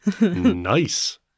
Nice